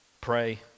Pray